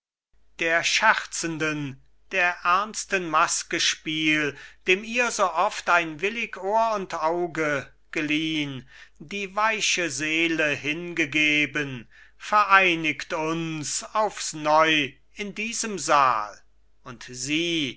der scherzenden der ernsten maske spiel dem ihr so oft ein willig ohr und auge geliehn die weiche seele hingegeben vereinigt uns aufs neu in diesem saal und sieh